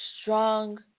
strong